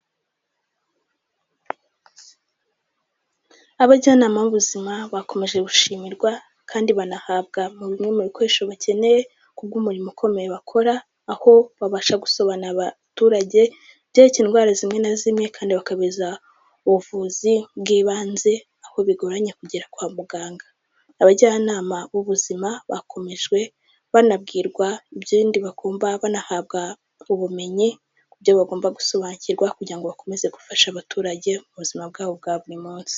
abajyanama b'ubuzima bakomeje gushimirwa kandi banahabwa bimwe mu bikoresho bakeneye kubw'umurimo ukomeye bakora aho babasha gusobanu abaturage byereke indwara zimwe na zimwe kandi bakameza ubuvuzi bw'ibanze aho bigoranye kugera kwa muganga abajyanama b'ubuzima bakomejwe banabwirwa ib bakumva banahabwa ubumenyi ku byo bagomba gusobanukirwa kugira ngo bakomeze gufasha abaturage ubuzima bwabo bwa buri munsi